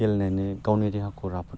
गेलेनानै गावनि देहाखौ राफोद